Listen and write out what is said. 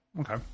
Okay